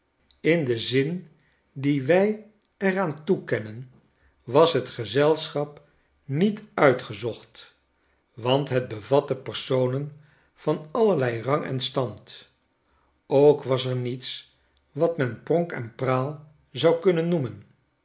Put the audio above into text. in den zin die wij er aan toekennen was het gezelschap niet uitgezocht want het bevatte personen van allerlei rang en stand ook was er niets wat men pronk en praal zou kunnen noemen